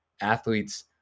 athlete's